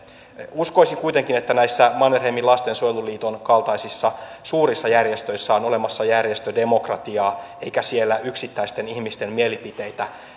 uskoisin kuitenkin että näissä mannerheimin lastensuojeluliiton kaltaisissa suurissa järjestöissä on olemassa järjestödemokratiaa eikä siellä yksittäisten ihmisten mielipiteitä